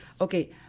Okay